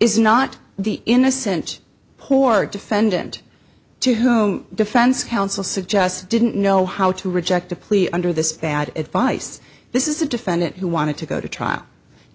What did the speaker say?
is not the innocent poor defendant to whom defense counsel suggested didn't know how to reject a plea under this bad advice this is a defendant who wanted to go to trial